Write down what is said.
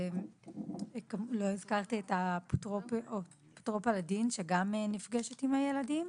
לא הזכרתי את אפוטרופוס לדין שגם נפגשת עם ילדים.